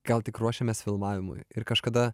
gal tik ruošėmės filmavimui ir kažkada